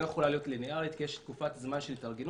לא יכולה להיות ליניארית כי יש תקופת זמן של התארגנות.